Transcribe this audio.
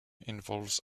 involves